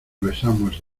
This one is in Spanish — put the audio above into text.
besamos